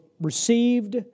received